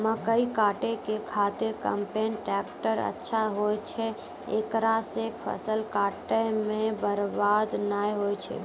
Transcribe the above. मकई काटै के खातिर कम्पेन टेकटर अच्छा होय छै ऐकरा से फसल काटै मे बरवाद नैय होय छै?